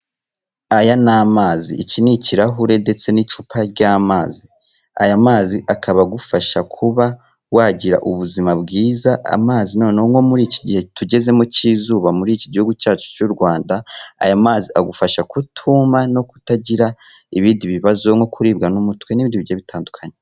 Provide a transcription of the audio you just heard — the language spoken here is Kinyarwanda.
Aya ni amazi iki ni ikirahure ndetse n'icupa ry'amazi aya mazi akaba agufasha kuba wagira ubuzima bwiza amazi noneho nko muri iki gihe tugezemo cy'izuba muri iki gihugu cyacu cy'u Rwanda, aya mazi agufasha kutuma no kutagira ibindi bibazo nko kuribwa n'umutwe n'bindi bitandukanye.